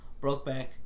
Brokeback